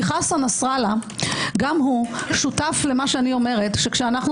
כי חסן נסראללה גם הוא שותף למה שאני אומרת שכשאנחנו